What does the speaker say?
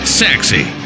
sexy